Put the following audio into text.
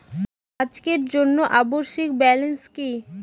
আজকের জন্য অবশিষ্ট ব্যালেন্স কি?